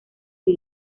del